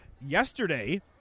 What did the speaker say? yesterday